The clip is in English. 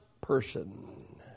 person